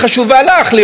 להיות נאורים.